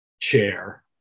chair